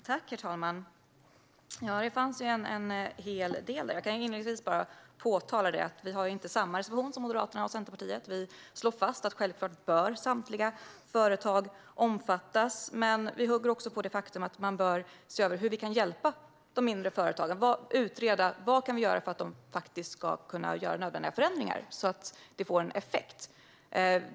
Herr talman! Det fanns en hel del där. Jag kan inledningsvis påpeka att vi inte har samma reservation som Moderaterna och Centerpartiet. Vi slår fast att samtliga företag självklart bör omfattas, men vi hugger också på det faktum att man bör se över hur man kan hjälpa de mindre företagen och utreda vad man kan göra för att de ska kunna göra nödvändiga förändringar så att det blir en effekt.